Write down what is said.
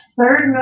third